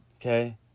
Okay